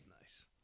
Nice